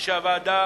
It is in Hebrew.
שהוועדה